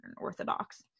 Orthodox